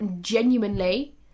genuinely